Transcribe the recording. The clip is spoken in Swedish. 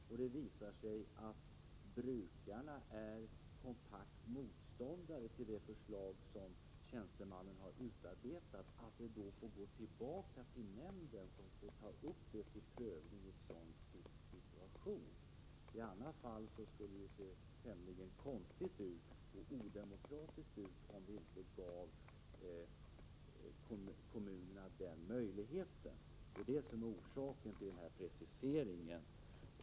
Om det visar sig att brukarna är kompakta motståndare till det förslag som tjänstemannen har utarbetat, får förslaget gå tillbaka till nämnden, som får ta upp det till prövning. I annat fall skulle det se tämligen konstigt och odemokratiskt ut om vi inte gav kommunerna denna möjlighet. Detta är alltså orsaken till preciseringen.